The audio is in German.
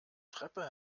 treppe